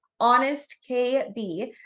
honestkb